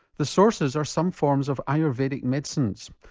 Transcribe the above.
the sources are some forms of ayurvedic medicines.